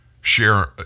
share